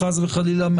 חס וחלילה,